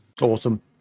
Awesome